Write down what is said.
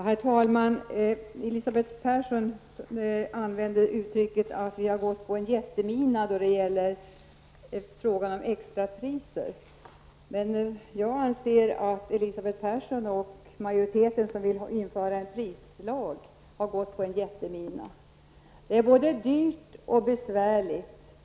Herr talman! Elisabeth Persson använder uttrycket att vi har gått på en jättemina i frågan om extrapriser. Jag anser att Elisabeth Persson och majoriteten, som vill införa en prislag, har gått på en jättemina. Prismärkning är både dyr och besvärlig.